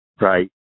right